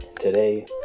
Today